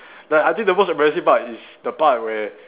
like I think the most embarrassing part is the part where